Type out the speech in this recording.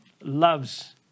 loves